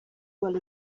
well